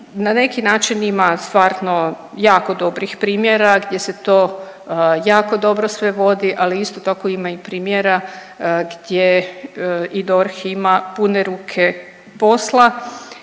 Na neki način ima stvarno jako dobrih primjera gdje se to jako dobro sve vodi, ali isto tako ima primjera gdje i DORH ima pune ruke posla